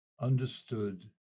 understood